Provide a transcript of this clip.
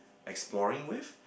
exploring with